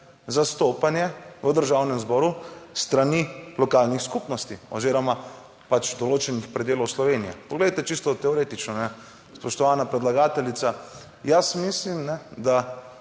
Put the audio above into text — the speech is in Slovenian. zastopanje v Državnem zboru s strani lokalnih skupnosti oziroma pač določenih predelov Slovenije. Poglejte, čisto teoretično, spoštovana predlagateljica. Jaz mislim, da